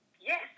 Yes